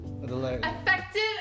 Effective